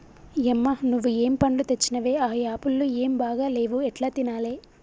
యమ్మ నువ్వు ఏం పండ్లు తెచ్చినవే ఆ యాపుళ్లు ఏం బాగా లేవు ఎట్లా తినాలే